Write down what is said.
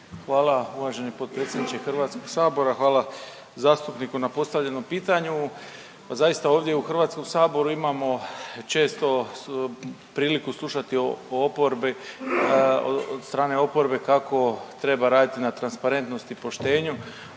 Hvala uvaženi potpredsjedniče HS-a. Hvala zastupniku na postavljenom pitanju. Pa zaista ovdje u HS-u imamo često priliku slušati u oporbi od strane oporbe kako treba raditi na transparentnosti i poštenju,